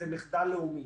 זה מחדל לאומי.